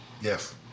Yes